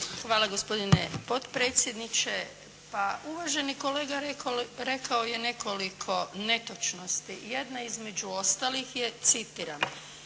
Hvala gospodine potpredsjedniče. Pa uvaženi kolega rekao je nekoliko netočnosti. Jedna između ostalih je citiram: